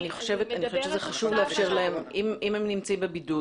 אם הם נמצאים בבידוד,